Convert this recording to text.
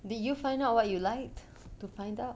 did you find out what you like to find out